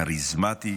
כריזמטי,